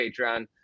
Patreon